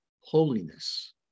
holiness